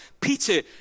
Peter